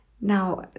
now